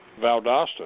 Valdosta